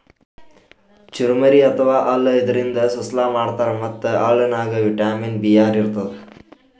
ಚುರಮುರಿ ಅಥವಾ ಅಳ್ಳ ಇದರಿಂದ ಸುಸ್ಲಾ ಮಾಡ್ತಾರ್ ಮತ್ತ್ ಅಳ್ಳನಾಗ್ ವಿಟಮಿನ್ ಬಿ ಆರ್ ಇರ್ತದ್